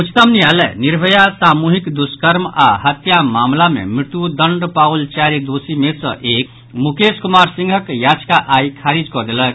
उच्चतम न्यायालय निर्भया सामूहिक दुष्कर्म आओर हत्या मामिला मे मृत्युदंड पाओल चारि दोषी मे सँ एक मुकेश कुमार सिंहक याचिका आई खारिज कऽ देलक